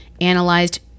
analyzed